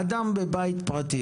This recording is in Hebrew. אדם בבית פרטי,